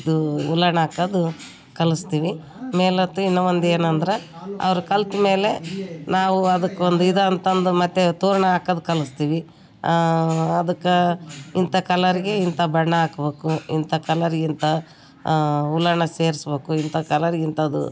ಇದೂ ಉಲ್ಲಣ್ ಹಾಕದು ಕಲಿಸ್ತೀವಿ ಮೇಲೆ ಹತ್ತಿ ಇನ್ನು ಒಂದು ಏನು ಅಂದ್ರೆ ಅವ್ರು ಕಲಿತ್ಮೇಲೆ ನಾವು ಅದಕ್ಕೊಂದು ಇದು ಅಂತಂದು ಮತ್ತು ತೋರಣ ಹಾಕದು ಕಲಿಸ್ತೀವಿ ಅದಕ್ಕಾ ಇಂಥ ಕಲ್ಲರ್ಗೆ ಇಂಥ ಬಣ್ಣ ಹಾಕ್ಬೇಕು ಇಂಥ ಕಲ್ಲರ್ಗೆ ಇಂಥ ಉಲ್ಲಣ ಸೇರಿಸ್ಬೇಕು ಇಂಥ ಕಲ್ಲರ್ಗೆ ಇಂಥದು